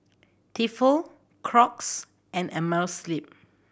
Tefal Crocs and Amerisleep